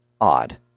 odd